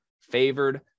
favored